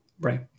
right